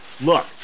look